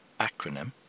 acronym